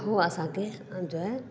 हू असांखे जो आहे